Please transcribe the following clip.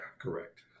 Correct